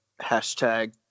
hashtag